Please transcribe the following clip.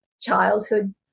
childhood